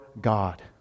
God